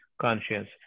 conscience